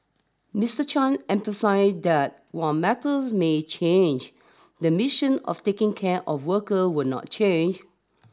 Mister Chan emphasised that while methods may change the mission of taking care of workers will not change